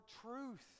truth